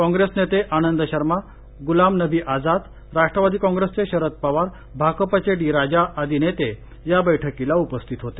कॉप्रेस नेते आनंद शर्मा गुलाम नबी आझाद राष्ट्रवादी कॉप्रेसचे शरद पवार भाकपचे डी राजा आदि नेते या बैठकीला उपस्थित होते